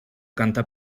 canta